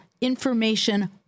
information